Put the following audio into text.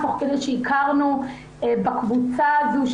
תוך כדי שהכרנו בקבוצה הזאת.